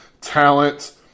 talent